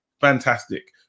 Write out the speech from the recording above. fantastic